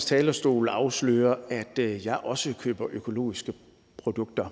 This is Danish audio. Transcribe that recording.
talerstol afsløre, at jeg også køber økologiske produkter.